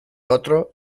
otros